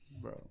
Bro